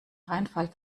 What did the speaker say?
reinfall